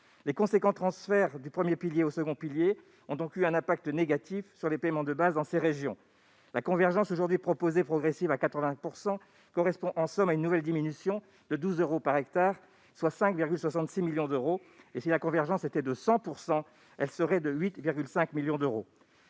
Les importants transferts du premier pilier au second pilier ont donc eu un impact négatif sur les paiements de base dans ces territoires. La convergence progressive aujourd'hui proposée à 80 % correspond, dans la Somme, à une nouvelle diminution de 12 euros par hectare, soit 5,66 millions d'euros. Et, si la convergence était de 100 %, elle serait de 8,5 millions d'euros.